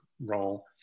role